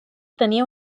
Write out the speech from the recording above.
tenia